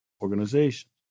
organizations